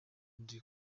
ndi